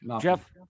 Jeff